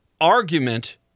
argument